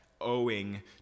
owing